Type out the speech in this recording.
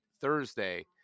Thursday